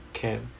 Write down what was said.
can